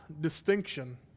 distinction